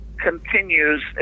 continues